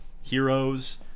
heroes